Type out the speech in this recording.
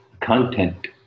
content